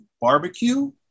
barbecue